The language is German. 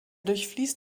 durchfließt